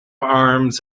arms